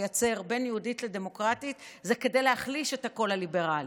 לייצר בין יהודית לדמוקרטית זה כדי להחליש את הקול הליברלי.